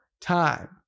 time